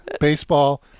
Baseball